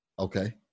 Okay